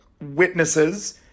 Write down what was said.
witnesses